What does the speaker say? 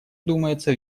думается